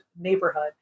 neighborhood